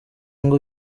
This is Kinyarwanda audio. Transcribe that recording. ngo